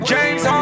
James